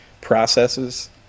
Processes